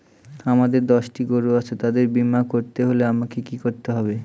আমার দশটি গরু আছে তাদের বীমা করতে হলে আমাকে কি করতে হবে?